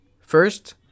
first